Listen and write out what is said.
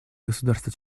государства